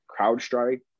CrowdStrike